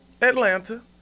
Atlanta